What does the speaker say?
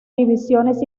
divisiones